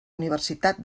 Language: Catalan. universitat